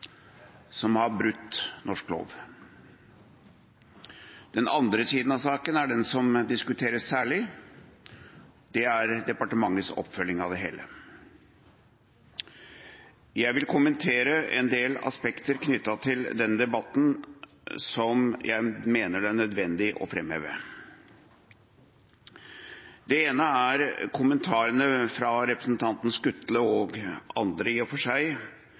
som har brutt norsk lov. Den andre siden av saken er den som diskuteres særlig, og det er departementets oppfølging av det hele. Jeg vil kommentere en del aspekter knyttet til denne debatten som jeg mener det er nødvendig å framheve. Det ene er kommentarene fra representanten Skutle – og andre i og for seg